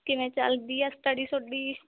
ਕਿਵੇਂ ਚੱਲਦੀ ਆ ਸਟੱਡੀ ਤੁਹਾਡੀ